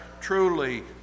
truly